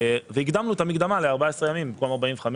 והקדמנו את המקדמה ל-14 ימים במקום 45 יום,